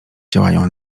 działają